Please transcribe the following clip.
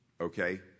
Okay